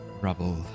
rubble